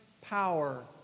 power